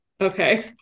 Okay